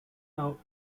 now